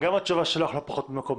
גם התשובה שלך לא פחות ממקוממת,